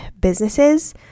businesses